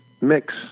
mix